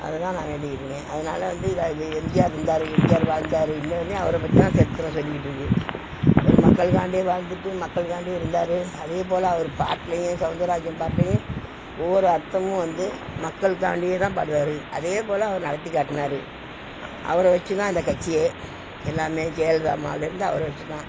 அதை தான் நான் வேண்டிக்கிட்டு இருக்கேன் அதனால் வந்து எம் ஜி ஆர் இருந்தார் எம் ஜி ஆர் வாழ்ந்தார் இன்று வரையும் அவரை பற்றி தான் சரித்திரம் சொல்லிக்கிட்டு இருக்குது அவர் மக்களுக்காண்டியே வாழ்ந்துட்டு மக்களுக்காண்டி இருந்தார் அதே போல் அவர் பாட்டுலையும் சௌந்தரராஜன் பாட்டுலையும் ஒவ்வொரு அர்த்தமும் வந்து மக்களுக்காண்டியே தான் பாடுவார் அதே போல் அவர் நடத்தி காட்டினாரு அவரை வச்சு தான் இந்த கட்சியே எல்லாம் ஜெயலலிதா அம்மாலேந்து அவரை வச்சு தான்